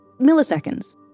milliseconds